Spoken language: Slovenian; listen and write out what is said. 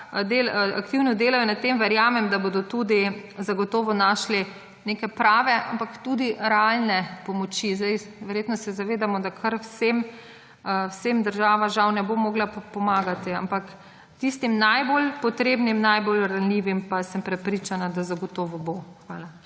aktivno delajo na tem, verjamem, da bodo zagotovo našli neke prave, ampak tudi realne pomoči. Verjetno se zavedamo, da kar vsem država žal ne bo mogla pomagati, ampak tistim najbolj potrebnim, najbolj ranljivim pa, sem prepričana, zagotovo bo. Hvala.